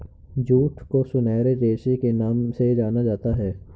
jute को सुनहरे रेशे के नाम से जाना जाता है